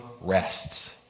rests